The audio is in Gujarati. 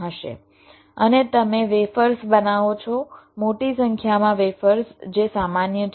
અને તમે વેફર્સ બનાવો છો મોટી સંખ્યામાં વેફર્સ જે સામાન્ય છે